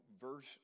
verse